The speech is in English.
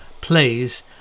plays